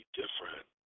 different